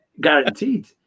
guaranteed